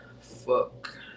Fuck